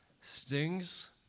stings